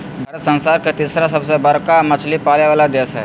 भारत संसार के तिसरा सबसे बडका मछली पाले वाला देश हइ